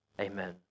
Amen